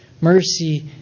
mercy